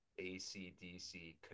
ACDC